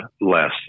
less